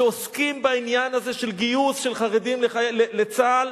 שעוסקים בעניין הזה של גיוס חרדים לצה"ל,